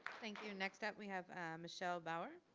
thank you, next up we have michelle bauer.